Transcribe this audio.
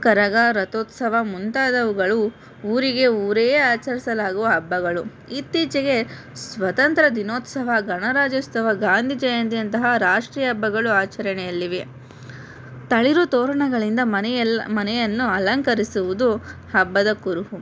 ಕರಗ ರಥೋತ್ಸವ ಮುಂತಾದವುಗಳು ಊರಿಗೆ ಊರೇ ಆಚರಿಸಲಾಗುವ ಹಬ್ಬಗಳು ಇತ್ತೀಚೆಗೆ ಸ್ವತಂತ್ರ ದಿನೋತ್ಸವ ಗಣರಾಜ್ಯೋತ್ಸವ ಗಾಂಧಿ ಜಯಂತಿ ಅಂತಹ ರಾಷ್ಟ್ರೀಯ ಅಬ್ಬಗಳು ಆಚರಣೆಯಲ್ಲಿವೆ ತಳಿರು ತೋರಣಗಳಿಂದ ಮನೆಯೆಲ್ಲ ಮನೆಯನ್ನು ಅಲಂಕರಿಸುವುದು ಹಬ್ಬದ ಕುರುಹು